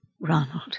Ronald